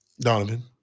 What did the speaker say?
Donovan